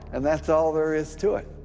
and that's all there is to it.